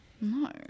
No